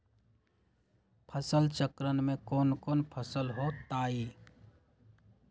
फसल चक्रण में कौन कौन फसल हो ताई?